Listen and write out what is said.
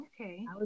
Okay